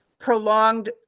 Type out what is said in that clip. prolonged